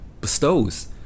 bestows